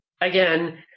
again